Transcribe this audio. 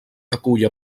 acull